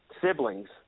siblings